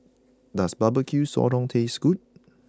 does Barbecue Sotong taste good